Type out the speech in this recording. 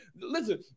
Listen